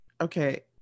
okay